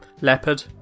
leopard